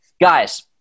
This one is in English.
guys